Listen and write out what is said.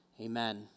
Amen